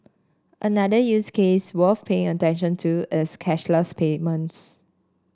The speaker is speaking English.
another use case worth paying attention to is cashless payments